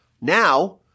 Now